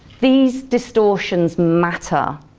these distortions matter.